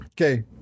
Okay